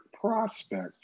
prospect